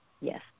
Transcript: Yes